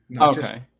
Okay